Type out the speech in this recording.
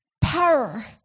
power